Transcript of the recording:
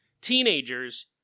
teenagers